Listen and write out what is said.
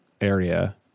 area